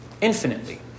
infinitely